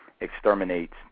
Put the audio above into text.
exterminates